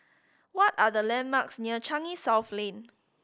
what are the landmarks near Changi South Lane